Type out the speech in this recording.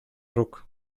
ruck